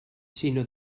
sinó